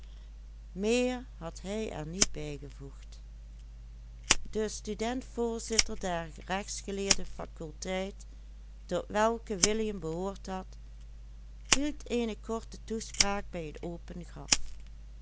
had hield eene korte toespraak bij het open